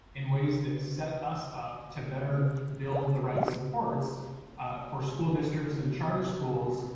in ways that set us up to better build the right supports for school districts and charter schools.